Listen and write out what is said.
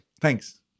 Thanks